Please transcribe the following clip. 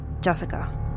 Jessica